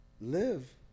Live